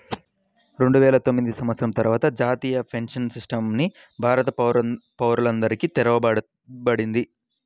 రెండువేల తొమ్మిది సంవత్సరం తర్వాత జాతీయ పెన్షన్ సిస్టమ్ ని భారత పౌరులందరికీ తెరవబడింది